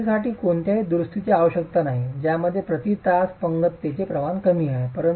भिंतीसाठी कोणत्याही दुरुस्तीची आवश्यकता नाही ज्यामध्ये प्रति तास पतंगतेचे प्रमाण कमी आहे